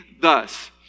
thus